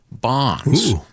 bonds